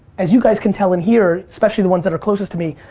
as you guys can tell in here, especially the ones that are closest to me,